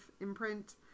imprint